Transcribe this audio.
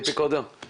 קודם כל